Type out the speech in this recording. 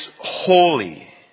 holy